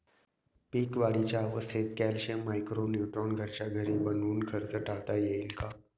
पीक वाढीच्या अवस्थेत calcium, micro nutrient घरच्या घरी बनवून खर्च टाळता येईल का?